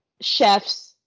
chefs